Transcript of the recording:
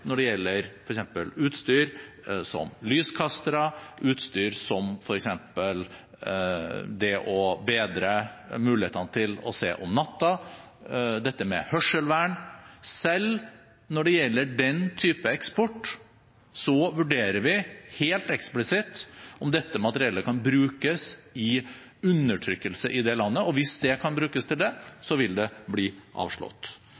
når det f.eks. gjelder utstyr som lyskastere, utstyr til å bedre mulighetene til å se om natta, dette med hørselvern, altså den typen eksport, vurderer vi helt eksplisitt om det kan brukes i undertrykkelse i det landet, og hvis det kan brukes til det, vil det bli avslått.